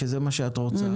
שזה מה שאת רוצה,